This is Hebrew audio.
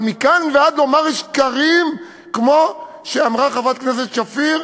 אבל מכאן ועד לומר שקרים כמו שאמרה חברת הכנסת שפיר?